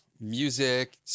music